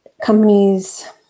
companies